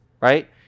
right